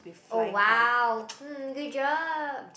oh !wow! um good job